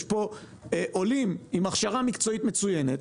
יש פה עולים עם הכשרה מקצועית מצוינת: